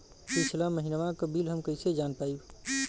पिछला महिनवा क बिल हम कईसे जान पाइब?